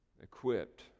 equipped